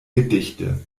gedichte